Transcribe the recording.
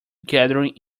gathering